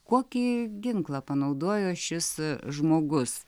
kokį ginklą panaudojo šis žmogus